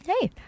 Hey